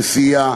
שסייעה,